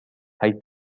high